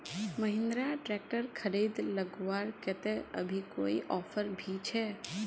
Mahindra tractor खरीद लगवार केते अभी कोई ऑफर भी छे?